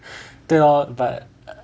对 lor but